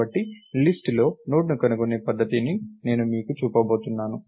కాబట్టి లిస్ట్ లో నోడ్ని కనుగొనే పద్ధతిని నేను మీకు చూపబోతున్నాను